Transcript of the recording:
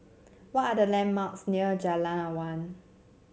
what are the landmarks near Jalan Awan